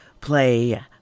play